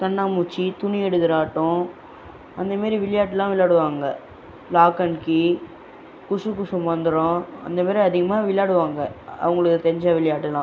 கண்ணாமூச்சி துணி எடுக்கிற ஆட்டம் அந்த மேரி விளையாட்டுலாம் விளையாடுவாங்க லாக் அண்ட் கீ குசுகுசு மந்திரம் அந்த மேரி அதிகமாக விளையாடுவாங்க அவங்களுக்கு தெரிஞ்ச விளையாட்டைலாம்